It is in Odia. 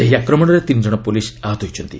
ସେହି ଆକ୍ରମଣରେ ତିନିଜଣ ପୁଲିସ୍ ଆହତ ହୋଇଛନ୍ତି